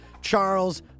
Charles